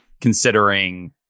considering